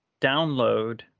download